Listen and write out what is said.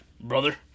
brother